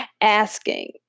asking